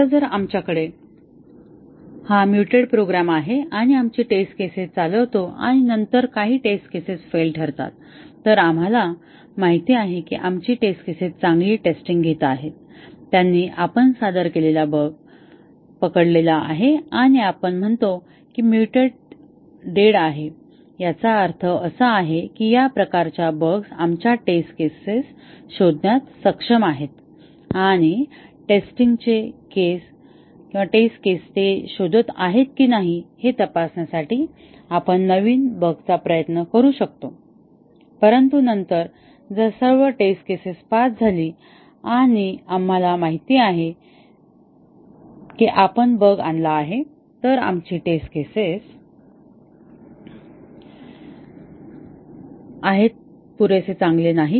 आता जर आमच्याकडे हा म्युटेड प्रोग्राम आहे आणि आपण आमची टेस्ट केसेस चालवतो आणि नंतर काही टेस्ट केसेस फेल ठरतात तर आम्हाला माहित आहे की आमची टेस्ट केसेस चांगली टेस्टिंग घेत आहेत त्यांनी आपण सादर केलेला बग पकडला आहे आणि आपण म्हणतो की म्युटेट डेड आहे याचा अर्थ असा आहे की या प्रकारच्या बग्स आमच्या टेस्ट केसेस शोधण्यात सक्षम आहेत आणि टेस्टिंगचे केस ते शोधत आहेत की नाही हे तपासण्यासाठी आपण नवीन बगचा प्रयत्न करू शकतो परंतु नंतर जर सर्व टेस्ट केसेस पास झाली आणि आम्हाला माहित आहे की आपण बग आणला आहे तर आमची टेस्ट केसेस आहेत पुरेसे चांगले नाही